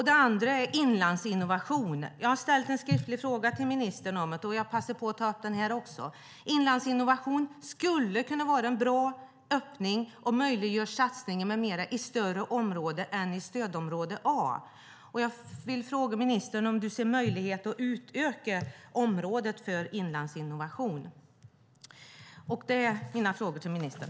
Det andra gäller Inlandsinnovation. Jag har ställt en skriftlig fråga till ministern om det, och jag passar på att ta upp den här också. Inlandsinnovation skulle kunna vara en bra öppning och möjliggöra satsningar med mera i större områden än i stödområde A. Jag vill fråga ministern om hon ser möjligheter att utöka området för Inlandsinnovation. Detta var mina frågor till ministern.